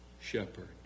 shepherd